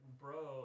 bro